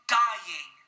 dying